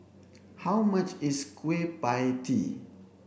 how much is kueh pie tee